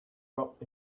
brought